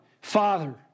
Father